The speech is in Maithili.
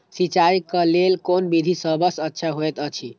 सिंचाई क लेल कोन विधि सबसँ अच्छा होयत अछि?